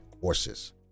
courses